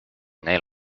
neil